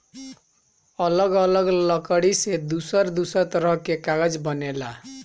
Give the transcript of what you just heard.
अलग अलग लकड़ी से दूसर दूसर तरह के कागज बनेला